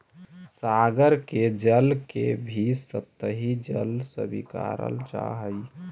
सागर के जल के भी सतही जल स्वीकारल जा हई